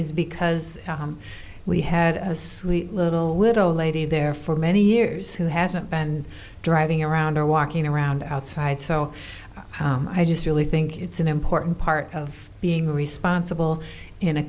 is because we had a sweet little little lady there for many years who hasn't been driving around or walking around outside so i just really think it's an important part of being responsible in a